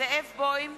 זאב בוים,